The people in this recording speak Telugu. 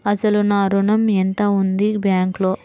అసలు నా ఋణం ఎంతవుంది బ్యాంక్లో?